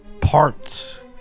parts